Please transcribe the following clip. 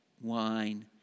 Wine